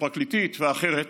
הפרקליטית והאחרת.